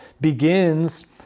begins